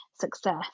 success